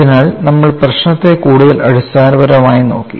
അതിനാൽ നമ്മൾ പ്രശ്നത്തെ കൂടുതൽ അടിസ്ഥാനപരമായി നോക്കി